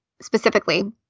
specifically